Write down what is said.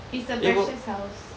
it's a precious house